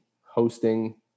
hosting